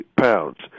pounds